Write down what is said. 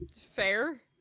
Fair